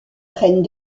prennent